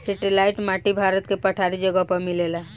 satellite माटी भारत के पठारी जगह पर मिलेला